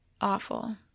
Awful